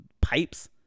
pipes